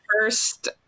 first